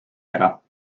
ära